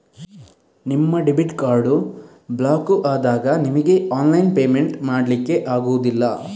ನಿಮ್ಮ debit card block ಆದಾಗ ನಿಮಿಗೆ ಆನ್ಲೈನ್ ಪೇಮೆಂಟ್ ಮಾಡ್ಲಿಕ್ಕೆ ಆಗುದಿಲ್ಲ